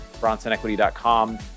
bronsonequity.com